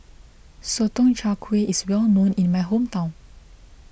Sotong Char Kway is well known in my hometown